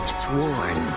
sworn